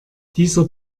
dieser